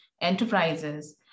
enterprises